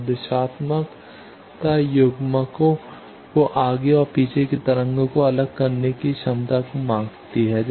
अब दिशात्मकता युग्मकों को आगे और पीछे की तरंगों को अलग करने की क्षमता को मापती है